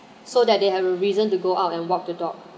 so that they have a reason to go out and walk the dog